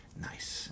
nice